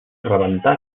rebentar